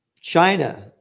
China